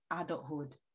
adulthood